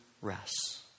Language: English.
rests